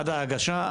עד ההגשה.